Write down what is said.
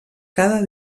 cada